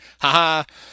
Ha-ha